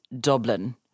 Dublin